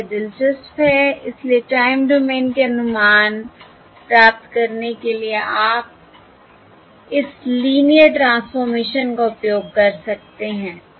और यह दिलचस्प है इसलिए टाइम डोमेन के अनुमान प्राप्त करने के लिए आप इस लीनियर ट्रांसफॉर्मेशन का उपयोग कर सकते हैं